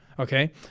Okay